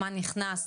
מה נכנס,